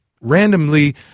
randomly